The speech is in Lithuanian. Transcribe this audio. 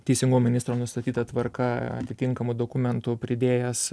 teisingumo ministro nustatyta tvarka atitinkamu dokumentu pridėjęs